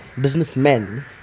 businessmen